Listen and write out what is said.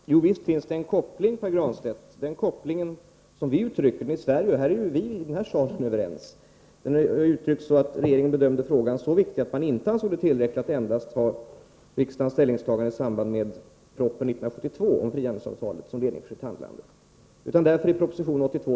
Herr talman! Ja, visst finns det en koppling, Pär Granstedt, en koppling som vi uttrycker den i Sverige — därom är vi ju överens. Regeringen bedömde frågan som så viktig att man inte ansåg det tillräckligt att endast ha riksdagens ställningstagande i samband med propositionen 1982 om frihandelsavtalet som ledning för sitt handlande.